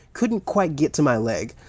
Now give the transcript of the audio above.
couldn't quite get to my leg.